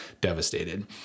devastated